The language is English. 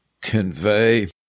convey